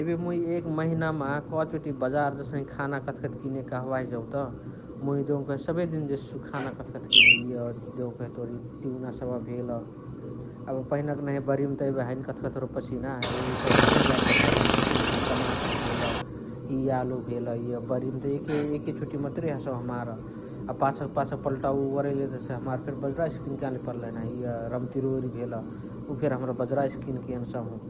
एबे मुइ एक महिनामा कचोटी बजार जेसही खाना कथकथी किने कहबाही जौत मुइ देउकही सबे दिन जेससु खान कथकथी किने इअ देउकही तोर तिउना सबह भेल । एबे पहिनाक नहिया बरिमता एबे हैने कथकथी रोपसी ना एबे उत किनही जाए पर्साऔ जस्ने इअ टमाटर भेल्, इअ यालो भेल बरिमता एके चोटी मतुरे हसइ हमार । अ पाछक पाछक पल्टावा उ ओरैले जेसइ हमार फेरी बजराउसे किनने याने पर्ल नाही । इअ रम्तिरोरी भेल उ फेरी हमरा बजराउसे किनके यन्साहु